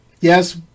Yes